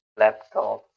laptop